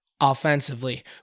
offensively